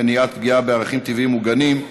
מניעת פגיעה בערכים טבעיים מוגנים),